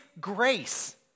grace